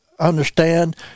understand